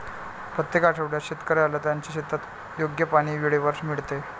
प्रत्येक आठवड्यात शेतकऱ्याला त्याच्या शेतात योग्य पाणी वेळेवर मिळते